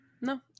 No